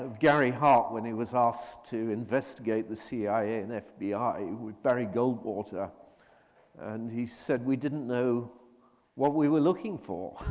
ah gary hart when he was asked to investigate the cia and fbi with barry goldwater and he said we didn't know what we were looking for